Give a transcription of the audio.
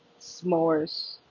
s'mores